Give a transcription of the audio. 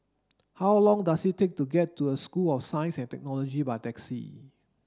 how long does it take to get to a School of Science and Technology by taxi